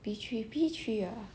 P three P three ya